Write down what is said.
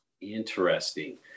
Interesting